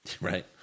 Right